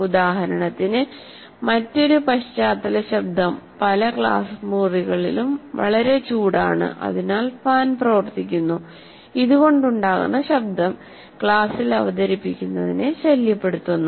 ഉദാഹരണത്തിന് മറ്റൊരു പശ്ചാത്തല ശബ്ദം പല ക്ലാസ് മുറികളിലും വളരെ ചൂടാണ് അതിനാൽ ഫാൻ പ്രവർത്തിക്കുന്നു ഇത് കൊണ്ടുണ്ടാകുന്ന ശബ്ദം ക്ലാസ്സിൽ അവതരിപ്പിക്കുന്നതിനെ ശല്യപ്പെടുത്തുന്നു